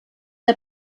der